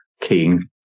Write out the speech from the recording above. king